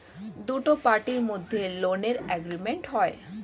দুটো পার্টির মধ্যে লোনের এগ্রিমেন্ট হয়